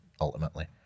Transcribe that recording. ultimately